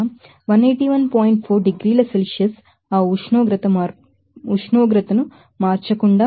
4 డిగ్రీల సెల్సియస్ ఆ ఉష్ణోగ్రతను మార్చకుండా